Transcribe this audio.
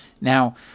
Now